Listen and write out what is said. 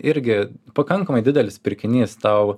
irgi pakankamai didelis pirkinys tau